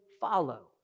follow